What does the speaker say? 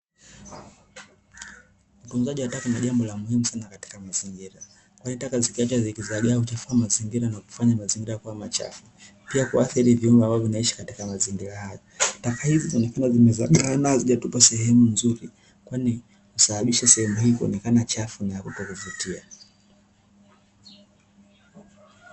Utunzaji wa taka ni jambo la muhimu sana katika mazingira, kwani taka zikiachwa zikizagaa huchafua mazingira nakufanay mazingira kuwa machafu, pia kuathiri viumbe ambavyo vinaishi katika mazingira hayo, taka hizi zinaonekana zimezagaa na hazijatupwa sehemu nzuri kwani husababisha sehemu hii kuonekana chafu na yakuto kuvutia.